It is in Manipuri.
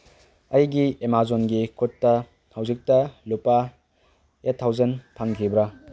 ꯑꯩꯒꯤ ꯑꯦꯃꯥꯖꯣꯟꯒꯤ ꯈꯨꯠꯇ ꯍꯧꯖꯤꯛꯇ ꯂꯨꯄꯥ ꯑꯦꯠ ꯊꯥꯎꯖꯟ ꯐꯪꯈꯤꯕ꯭ꯔꯥ